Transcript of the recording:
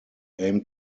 aim